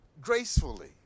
Gracefully